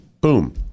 boom